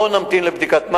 בואו נמתין לבדיקת מח"ש,